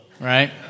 right